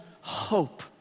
hope